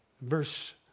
Verse